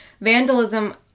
vandalism